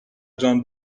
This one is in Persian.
جان